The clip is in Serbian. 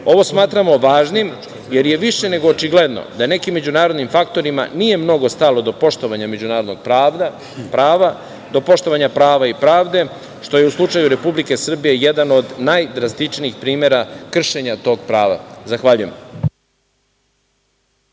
UN? Ovo smatramo važnim jer je više nego očigledno da nekim međunarodnim faktorima nije mnogo stalo do poštovanja međunarodnog prava, do poštovanja prava i pravde, što je u slučaju Republike Srbije jedan od najdrastičnijih primera kršenja tog prava. Zahvaljujem.